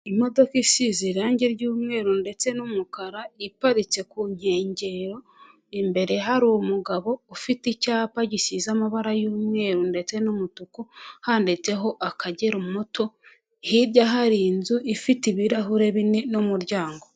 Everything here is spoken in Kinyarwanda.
Imodoka isize irange ry'umweru ndetse n'umukara, iparitse ku nkengero, imbere hari umugabo, ufite icyapa gisize amabara y'umweru ndetse n'umutuku, handitseho Akagera moto, hirya hari inzu ifite ibirahuri bine n'umuryango.